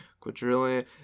quadrillion